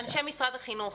אנשי משרד החינוך,